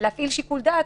אפשר להפעיל שיקול דעת.